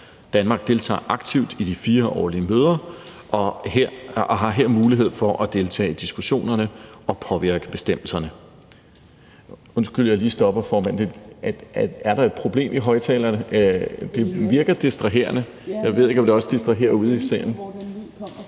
Danmark deltager aktivt i de fire årlige møder og har her mulighed for at deltage i diskussionerne og påvirke bestemmelserne ... undskyld, at jeg lige stopper, formand, men er der et problem med højtalerne? Det virker distraherende, og jeg ved ikke, om det også distraherer nede i salen.